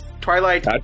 Twilight